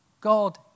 God